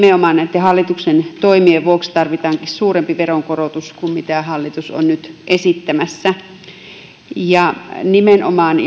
nimenomaan näitten hallituksen toimien vuoksi tarvitaankin suurempi veronkorotus kuin mitä hallitus on nyt esittämässä ja nimenomaan